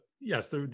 yes